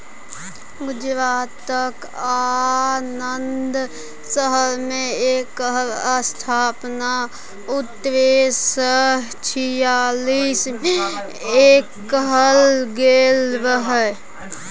गुजरातक आणंद शहर मे एकर स्थापना उन्नैस सय छियालीस मे कएल गेल रहय